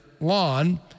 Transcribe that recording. lawn